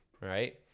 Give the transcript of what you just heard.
right